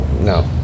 no